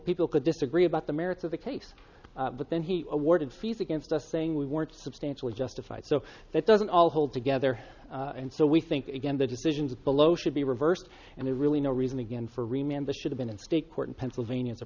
people could disagree about the merits of the case but then he awarded fees against us saying we weren't substantially justified so that doesn't all hold together and so we think again the decisions of below should be reversed and there's really no reason again for a man that should have been in state court in pennsylvania